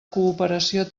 cooperació